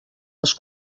les